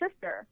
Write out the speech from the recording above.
sister